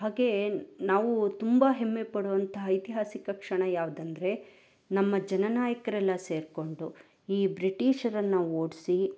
ಹಾಗೇ ನಾವು ತುಂಬ ಹೆಮ್ಮೆ ಪಡುವಂತಹ ಐತಿಹಾಸಿಕ ಕ್ಷಣ ಯಾವ್ದೆಂದ್ರೆ ನಮ್ಮ ಜನನಾಯಕರೆಲ್ಲ ಸೇರಿಕೊಂಡು ಈ ಬ್ರಿಟೀಷರನ್ನು ಓಡಿಸಿ